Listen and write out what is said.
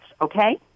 okay